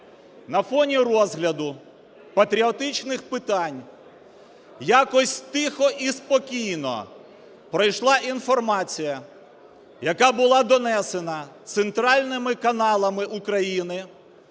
На фоні розгляду патріотичних питань, якось тихо і спокійно пройшла інформація, яка була донесена центральними каналами України,